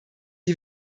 die